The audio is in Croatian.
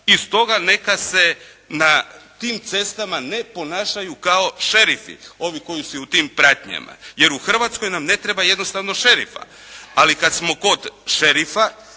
i stoga neka se na tim cestama ne ponašaju kao šerifi, ovi koji su u tim pratnjama. Jer u Hrvatskoj nam ne treba jednostavno šerifa. Ali kad smo kod šerifa,